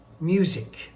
music